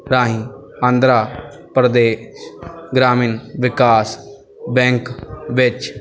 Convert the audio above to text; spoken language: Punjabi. ਰਾਹੀਂ ਆਂਧਰਾ ਪ੍ਰਦੇਸ਼ ਗ੍ਰਾਮੀਣ ਵਿਕਾਸ ਬੈਂਕ ਵਿੱਚ